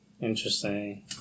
Interesting